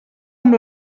amb